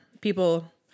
people